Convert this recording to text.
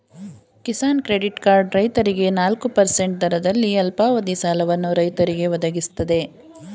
Kisan credit card ರೈತರಿಗೆ ನಾಲ್ಕು percent ದರದಲ್ಲಿ ಅಲ್ಪಾವಧಿ ಸಾಲವನ್ನು ರೈತರಿಗೆ ಒದಗಿಸ್ತದೆ